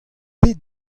pet